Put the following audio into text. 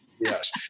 Yes